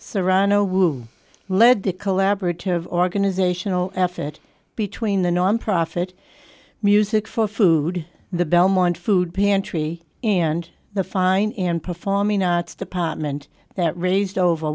serrano will lead the collaborative organizational effet between the nonprofit music for food the belmont food pantry and the fine and performing arts department that raised over